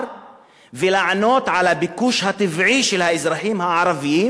ולענות על הביקוש הטבעי של האזרחים הערבים,